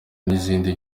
n’izindi